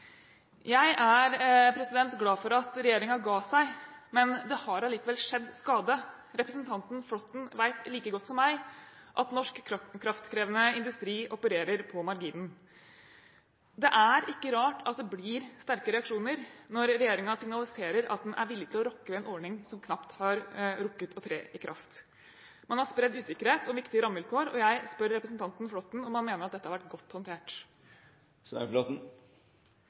Jeg er glad for at regjeringen ga seg, men det har allikevel skjedd skade. Representanten Flåtten vet like godt som meg at norsk kraftkrevende industri opererer på marginen. Det er ikke rart at det blir sterke reaksjoner når regjeringen signaliserer at den er villig til å rokke ved en ordning som knapt har rukket å tre i kraft. Man har spredd usikkerhet om viktige rammevilkår, og jeg spør representanten Flåtten om han mener at dette har vært godt håndtert.